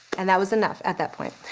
and that was enough at that point.